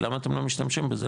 למה אתם לא משתמשים בזה?